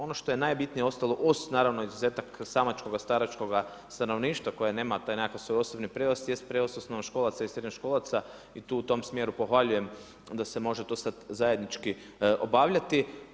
Ono što je najbitnije ostalo uz naravno, izuzetak samačkoga, staračkoga stanovništva, koje nema te nekakve svoje osnovni prijevoz jest prijevoz osnovnoškolaca i srednjoškolaca i u tom smjeru pohvaljujem, da se može to sada zajednički obavljati.